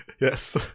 Yes